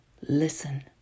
listen